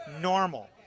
normal